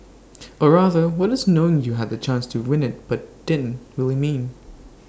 or rather what does knowing you had the chance to win IT but didn't really mean